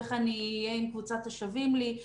איך אני אהיה עם קבוצת השווים לי?